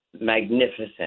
magnificent